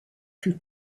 più